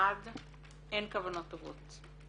במשרד אין כוונות טובות.